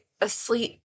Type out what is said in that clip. asleep